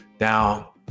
Now